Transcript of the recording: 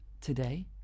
today